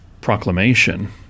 proclamation